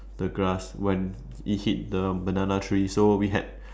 the grass when it hit the banana tree so we had